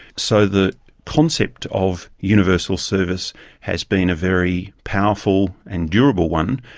so the concept of universal service has been a very powerful and durable one,